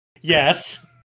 Yes